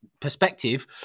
perspective